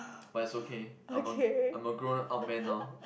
but it's okay I'm a I'm a grown up man now